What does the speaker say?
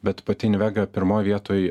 bet pati invega pirmoj vietoj